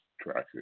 tracking